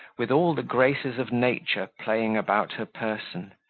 with all the graces of nature playing about her person,